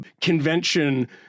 convention